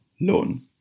loan